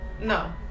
No